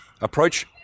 approach